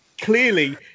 Clearly